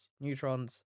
neutrons